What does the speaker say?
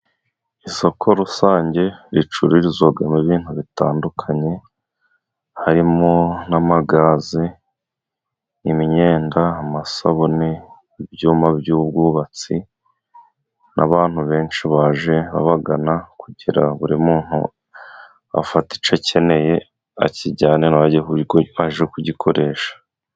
Isoko rusange ricururizwamo ibintu bitandukanye, harimo n'amagaze, imyenda, amasabune, ibyuma by'ubwubatsi, n'abantu benshi baje babagana, kugira ngo buri muntu afate icyo akeneye, akijyane na we ajye kugikoresha.